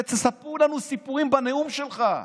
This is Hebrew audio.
ותספרו לנו סיפורים, בנאום שלך: